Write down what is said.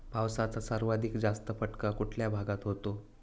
पावसाचा सर्वाधिक जास्त फटका कुठल्या भागात होतो?